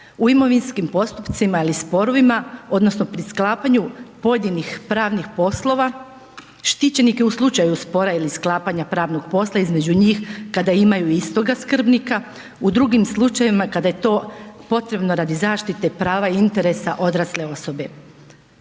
u imovinskim postupcima ili sporovima odnosno pri sklapanju pojedinih pravnih poslova, štićenike u slučaju spora ili sklapanja pravnog posla između njih kada imaju istoga skrbnika u drugim slučajevima kada je to potrebno radi zaštite prava i interesa odrasle osobe.